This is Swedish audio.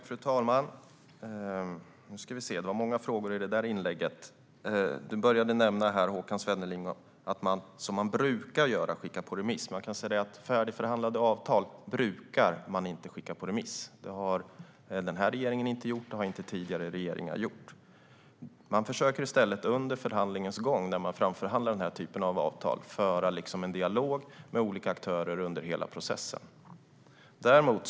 Fru talman! Det var många frågor i inlägget. Du började med att nämna, Håkan Svenneling, att man brukar skicka på remiss. Färdigförhandlade avtal brukar man inte skicka på remiss. Det har inte den här regeringen gjort, och det har inte tidigare regeringar gjort. Man försöker i stället att under förhandlingens gång, när man framförhandlar den här typen av avtal, föra en dialog med olika aktörer under hela processen.